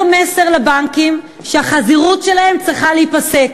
מסר לבנקים שהחזירות שלהם צריכה להיפסק.